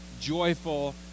joyful